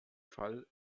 fall